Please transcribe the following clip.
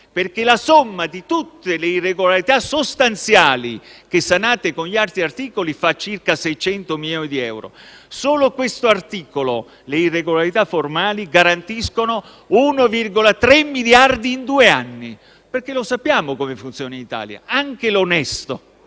che la somma di tutte le irregolarità sostanziali sanate con gli altri articoli ammonta a circa 600 milioni di euro, mentre solo con questo articolo le irregolarità formali garantiscono 1,3 miliardi in due anni. Lo sappiamo come funziona in Italia: anche l'onesto,